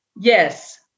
Yes